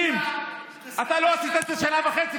אבוטבול, אני לא קורא אותך לסדר פעם ראשונה.